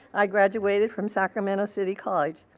i graduated from sacramento city college.